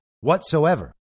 whatsoever